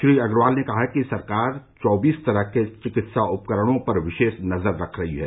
श्री अग्रवाल ने कहा कि सरकार चौबीस तरह के चिकित्सा उपकरणों पर विशेष नजर रख रही है